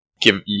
Give